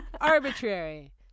Arbitrary